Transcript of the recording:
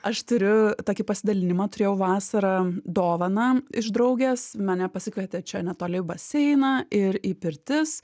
aš turiu tokį pasidalinimą turėjau vasarą dovaną iš draugės mane pasikvietė čia netoli į baseiną ir į pirtis